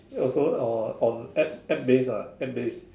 also on on App App based ah based